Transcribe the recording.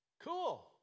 Cool